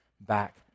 back